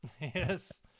Yes